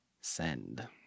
Send